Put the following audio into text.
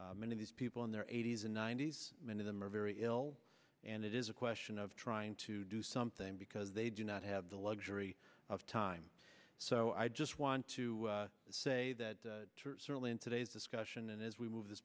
something many of these people in their eighty's and ninety's many of them are very ill and it is a question of trying to do something because they do not have the luxury of time so i just want to say that certainly in today's discussion and as we move this